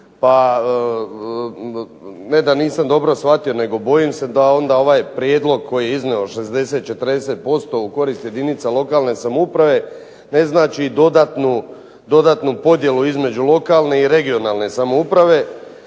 pa ne da nisam dobro shvatio, nego bojim se da onda ovaj prijedlog koji je iznio 60:40% u korist jedinica lokalne samouprave ne znači i dodatnu podjelu između lokalne i regionalne samouprave.